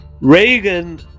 Reagan